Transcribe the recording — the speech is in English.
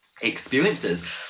experiences